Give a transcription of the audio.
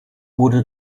wurde